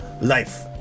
life